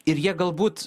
ir jie galbūt